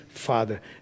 father